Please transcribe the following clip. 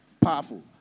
Powerful